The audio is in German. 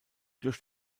durch